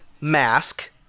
Mask